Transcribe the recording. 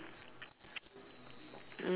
eh then what's the difference hmm